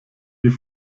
die